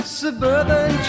suburban